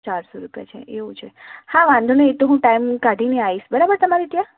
ચારસો રૂપિયા છે એવું છે હા વાંધો નહીં એ તો હું ટાઇમ કાઢીને આવીશ બરાબર તમારે ત્યાં